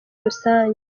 rusange